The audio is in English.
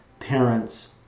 parents